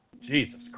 Jesus